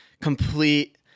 complete